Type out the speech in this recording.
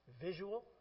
visual